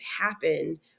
happen